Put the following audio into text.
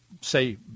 say